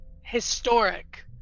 historic